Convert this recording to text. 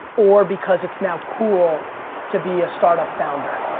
or because it's now cool to be a startup founder.